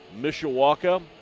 Mishawaka